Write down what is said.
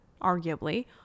arguably